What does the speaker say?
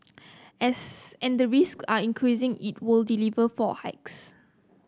as and the risk are increasing it will deliver four hikes